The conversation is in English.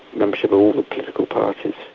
membership of all the political parties.